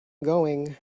going